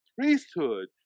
priesthood